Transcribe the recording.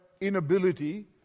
inability